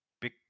Big